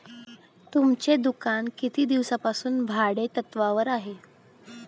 तुमचे दुकान किती दिवसांपासून भाडेतत्त्वावर आहे?